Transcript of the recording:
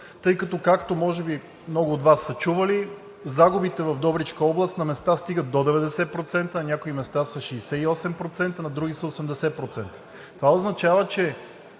тъй като, както може би много от Вас са чували, загубите в Добричка област на места стигат до 90%, а някой места са 68%, на други са 80%. Това означава, че